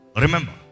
Remember